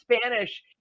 spanish